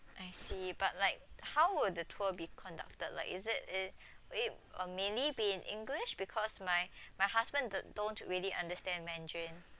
I see but like how would the tour be conducted like is it err will it mainly be in english because my my husband don't don't really understand mandarin